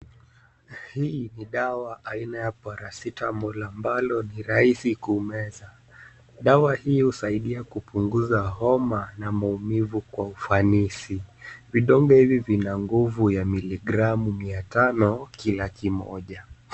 Hii dawa aina ya paracetamol ambalo ni rahisi kumeza. Dawa hii husaidia kupunguza homa na maumivu kwa ufanisi. Vidonge hivi vina nguvu ya miligramu mia tano kila kimoja.